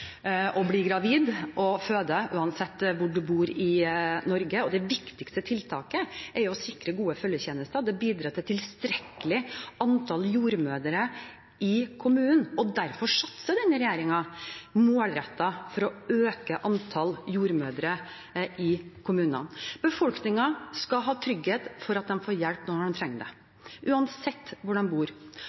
gravid og føde uansett hvor du bor i Norge. Det viktigste tiltaket er å sikre gode følgetjenester. Det bidrar til et tilstrekkelig antall jordmødre i kommunene, og derfor satser denne regjeringen målrettet på å øke antall jordmødre i kommunene. Befolkningen skal ha trygghet for at de får hjelp når de trenger det, uansett hvor de bor.